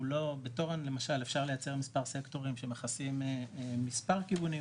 בתורן למשל אפשר לייצר מספר סקטורים שמכסים מספר כיוונים,